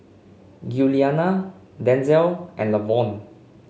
Giuliana Denzell and Lavonne